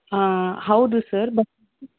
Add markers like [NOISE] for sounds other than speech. ಹೌದು ಸರ್ [UNINTELLIGIBLE]